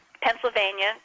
Pennsylvania